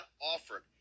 offered